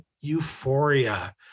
Euphoria